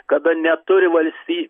kada neturi valsty